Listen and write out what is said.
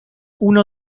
uno